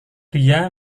dia